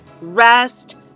Rest